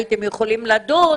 הייתם יכולים לדון,